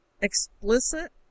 explicit